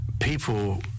people